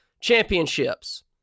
championships